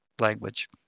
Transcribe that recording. language